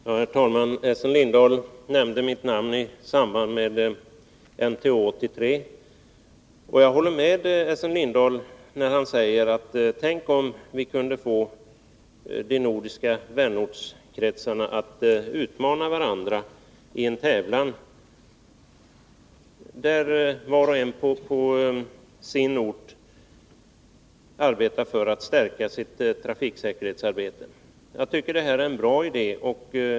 Herr talman! Essen Lindahl nämnde mitt namn i samband med NTÅ 83, och jag håller med Essen Lindahl när han säger: Tänk om vi kunde få de nordiska vänortskretsarna att utmana varandra i en tävlan där var och en på sin ort arbetar för att stärka sitt trafiksäkerhetsarbete. Jag tycker att det är en bra idé.